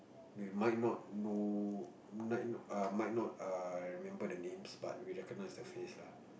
we might not know might not err remember the names but we recognise the face lah